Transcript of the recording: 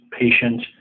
patient